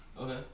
Okay